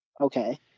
okay